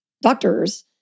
doctors